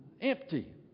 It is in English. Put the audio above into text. empty